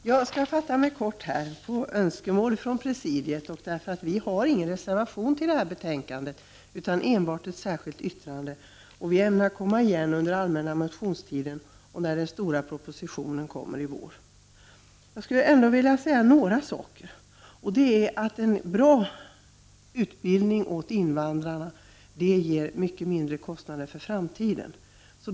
Herr talman! Jag skall på önskemål från presidiet fatta mig kort. Miljöpartiet har inte avgett någon reservation till detta betänkande, utan vi har endast ett särskilt yttrande. Vi ämnar komma igen under den allmänna motionstiden och när propositionen kommer i vår, men jag vill ändå nämna några saker. En bra utbildning för invandrarna ger mycket mindre kostnader för framtiden.